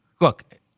look